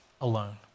alone